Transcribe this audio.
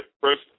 first